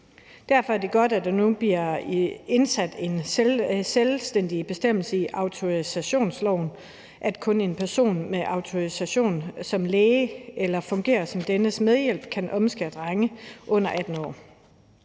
Derfor er det godt, at der nu bliver indsat en selvstændig bestemmelse i autorisationsloven om, at kun en person med autorisation som læge, eller som fungerer som dennes medhjælp, kan omskære drenge under 18 år,